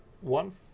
one